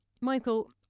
Michael